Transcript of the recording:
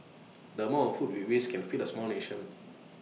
the amount of food we waste can feed A small nation